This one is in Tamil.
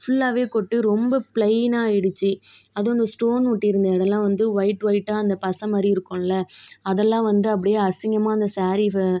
ஃபுல்லாகவே கொட்டி ரொம்ப ப்ளைனாயிடுச்சி அதுவும் அந்த ஸ்டோன் ஒட்டியிருந்த இடம்லாம் வந்து ஒயிட் ஒயிட்டாக அந்த பசைமாதிரி இருக்கும்ல்ல அதெல்லாம் வந்து அப்படியே அசிங்கமாக அந்த சாரீ